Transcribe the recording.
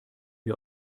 wir